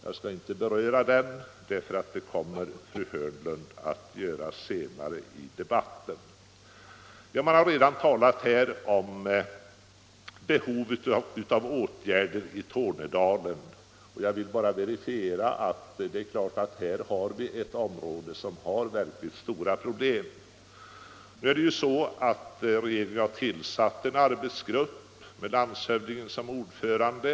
Jag skall inte beröra den här, eftersom fru Hörnlund kommer att göra det senare i debatten. Vi har redan talat om behovet av åtgärder för Tornedalen. Jag vill bara verifiera att vi naturligtvis där har ett område med verkligt stora problem. Nu har regeringen emellertid tillsatt en arbetsgrupp med landshövdingen som ordförande.